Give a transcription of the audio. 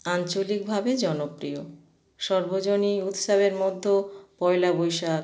আঞ্চলিকভাবে জনপ্রিয় সর্বজনীন উৎসবের মধ্য পয়লা বৈশাখ